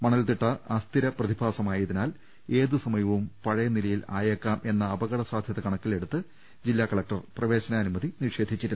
മണൽത്തിട്ട അസ്ഥിര പ്രതിഭാസമായതിനാൽ ഏത് സമയവും പഴയ നിലയിലായേക്കാം എന്ന അപകടസാധ്യത കണക്കിലെടുത്ത് ജില്ലാ കല ക്ടർ പ്രവേശനാനുമതി നിഷേധിച്ചിരുന്നു